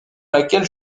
laquelle